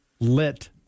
Lit